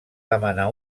demanar